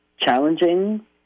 challenging